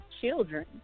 children